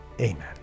Amen